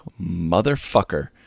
motherfucker